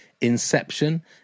inception